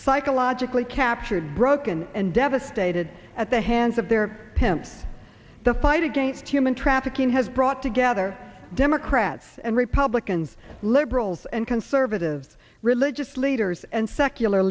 psychologically captured broken and devastated at the hands of their pimps the fight against human trafficking has brought together democrats and republicans liberals and conservatives religious leaders and secular